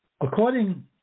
According